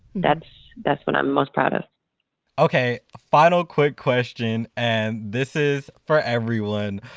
that's that's what i'm most proud of okay, final quick question. and this is for everyone.